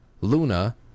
luna